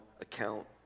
account